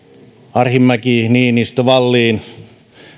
arhinmäki niinistö wallin